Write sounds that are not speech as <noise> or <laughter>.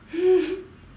<laughs>